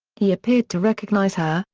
he appeared to recognize her,